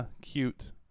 Cute